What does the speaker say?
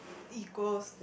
equals